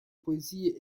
poesie